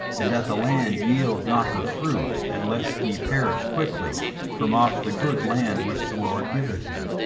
and that the land yield not her fruit and lest ye perish quickly from off the good land which the lord giveth you.